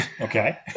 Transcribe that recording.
Okay